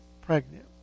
pregnant